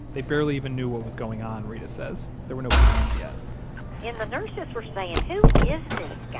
they barely even knew what was going on, reta says. there were no plans yet and the nurses were saying, who is this